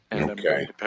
okay